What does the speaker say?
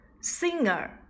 Singer